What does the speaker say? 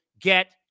get